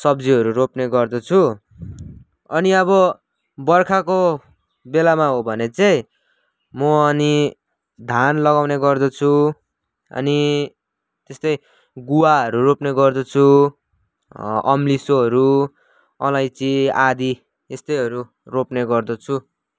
सब्जीहरू रोप्ने गर्दछु अनि अब बर्खाको बेलामा हो भने चाहिँ म अनि धान लगाउने गर्दछु अनि त्यस्तै गुवाहरू रोप्ने गर्दछु अम्लिसोहरू अलैँची आदि यस्तैहरू रोप्ने गर्दछु